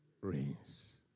reigns